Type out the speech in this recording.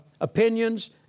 opinions